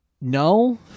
No